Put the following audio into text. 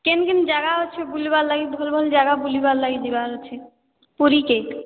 କେନ କେନ ଜାଗା ଅଛେ ବୁଲିବାର୍ ଲାଗେ ଭଲ ଭଲ ଜାଗା ବୁଲିବାର୍ ଲାଗେ ଯିବାର ଅଛ ପୁରୀ କେ